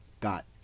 got